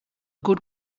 good